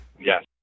Yes